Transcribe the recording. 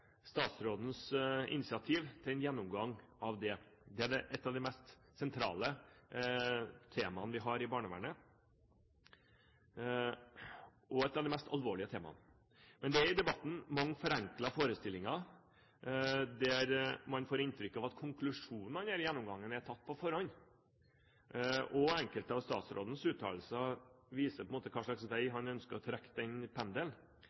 statsrådens initiativ til en gjennomgang av det. Det er et av de mest sentrale temaene vi har i barnevernet, og et av de mest alvorlige temaene. Det er i debatten mange forenklede forestillinger, der man får inntrykk av at konklusjonene i denne gjennomgangen er tatt på forhånd. Også enkelte av statsrådens uttalelser viser på en måte hvilken vei han ønsker å trekke den pendelen.